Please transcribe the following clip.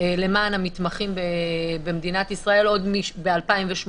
למען המתמחים במדינת ישראל עוד ב-2018.